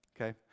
Okay